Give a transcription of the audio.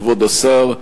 כבוד השר,